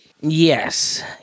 Yes